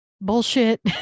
bullshit